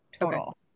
total